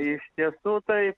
iš tiesų taip